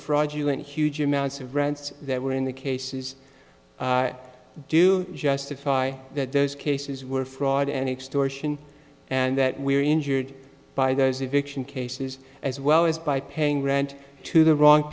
fraudulent huge amounts of rents that were in the cases do justify that those cases were fraud and extortion and that we were injured by those eviction cases as well as by paying rent to the wrong